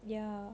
ya